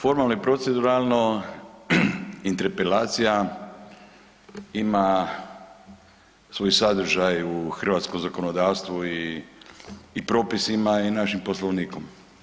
Formalno proceduralno interpelacija ima svoj sadržaj u hrvatskom zakonodavstvu i propisima i našem Poslovnika.